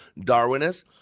Darwinist